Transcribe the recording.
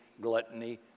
gluttony